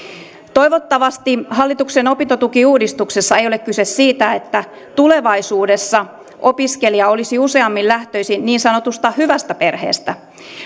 toivottavasti hallituksen opintotukiuudistuksessa ei ole kyse siitä että tulevaisuudessa opiskelija olisi useammin lähtöisin niin sanotusta hyvästä perheestä